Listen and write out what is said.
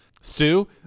Stu